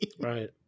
right